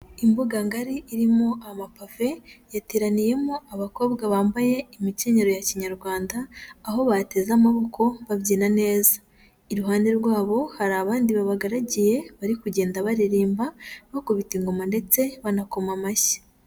Imbuga ngari irimo amapave, yateraniyemo abakobwa bambaye imikenyero ya Kinyarwanda, aho bateze amaboko babyina neza. Iruhande rwabo, hari abandi babagaragiye, bari kugenda baririmba, bakubita ingoma ndetse banakoma amashyi.